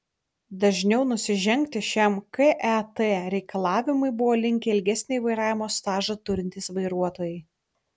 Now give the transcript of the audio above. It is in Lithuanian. dažniau nusižengti šiam ket reikalavimui buvo linkę ilgesnį vairavimo stažą turintys vairuotojai